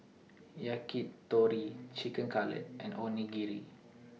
Yakitori Chicken Cutlet and Onigiri